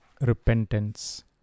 repentance